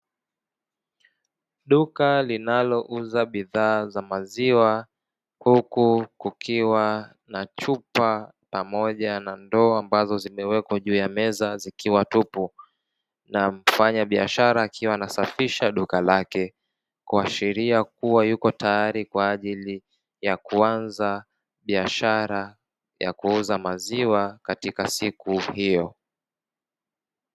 Duka linalouza bidhaa za maziwa huku kukiwa na chupa pamoja na ndoo, ambazo zimewekwa mezani zikiwa tupu na mfanyabiashara akiwa anasafisha duka lake, ikiashiria kuwa yupo tayari kwa ajili ya kuanza biashara ya kuuza maziwa katika siku hiyo.